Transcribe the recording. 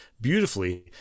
beautifully